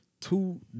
two